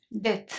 death